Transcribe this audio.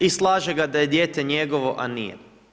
I slaže ga da je dijete njegovo, a nije.